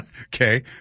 okay